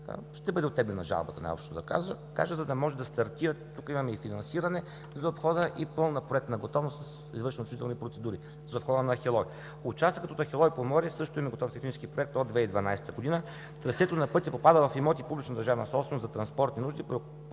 ще бъде оттеглена жалбата, за да може да стартира – тук има и финансиране за обхода и пълна проектна готовност за извършване на отчуждителни процедури за обхода на Ахелой. Участъкът Ахелой – Поморие също има готов технически проект от 2012 г. Трасето на пътя попада в имоти публично държавна собственост за транспортни нужди,